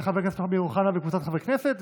של חבר הכנסת אמיר אוחנה וקבוצת חברי הכנסת,